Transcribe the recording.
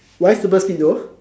why super speed though